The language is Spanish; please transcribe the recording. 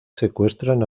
secuestran